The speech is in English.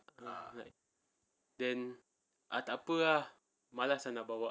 then ah tak apa ah malas sangat bawa